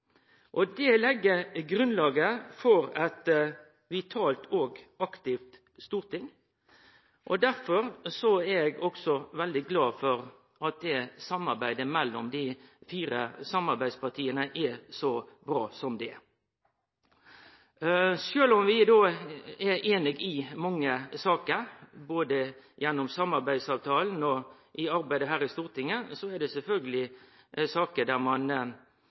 Det legg grunnlaget for eit vitalt og aktivt storting. Derfor er eg også veldig glad for at samarbeidet mellom dei fire samarbeidspartia er så bra som det det er. Sjølv om vi er einige i mange saker, både gjennom samarbeidsavtalen og i arbeidet her i Stortinget, er det sjølvsagt saker der